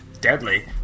deadly